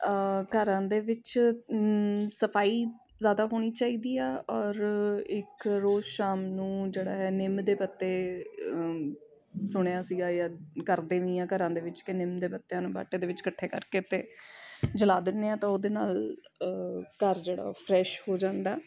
ਘਰਾਂ ਦੇ ਵਿੱਚ ਸਫਾਈ ਜ਼ਿਆਦਾ ਹੋਣੀ ਚਾਹੀਦੀ ਆ ਔਰ ਇੱਕ ਰੋਜ਼ ਸ਼ਾਮ ਨੂੰ ਜਿਹੜਾ ਹੈ ਨਿੰਮ ਦੇ ਪੱਤੇ ਅ ਸੁਣਿਆ ਸੀਗਾ ਜਾਂ ਕਰਦੇ ਵੀ ਹਾਂ ਘਰਾਂ ਦੇ ਵਿੱਚ ਕਿ ਨਿੰਮ ਦੇ ਪੱਤਿਆਂ ਨੂੰ ਵਾਟੇ ਦੇ ਵਿੱਚ ਇਕੱਠੇ ਕਰਕੇ ਅਤੇ ਜਲਾ ਦਿੰਦੇ ਹਾਂ ਤਾਂ ਉਹਦੇ ਨਾਲ ਘਰ ਜਿਹੜਾ ਫਰੈਸ਼ ਹੋ ਜਾਂਦਾ